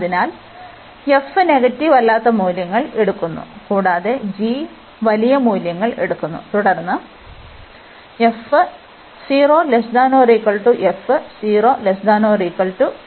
അതിനാൽf negative അല്ലാത്ത മൂല്യങ്ങൾ എടുക്കുന്നു കൂടാതെ g വലിയ മൂല്യങ്ങൾ എടുക്കുന്നു തുടർന്ന് f 0≤f≤g